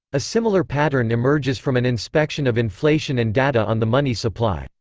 a similar pattern emerges from an inspection of inflation and data on the money supply.